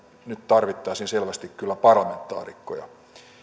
nyt tarvittaisiin selvästi kyllä parlamentaarikkoja